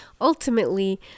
ultimately